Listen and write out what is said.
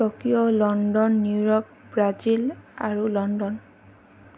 Tokyo London New York Brazil আৰু London